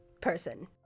person